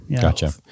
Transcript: Gotcha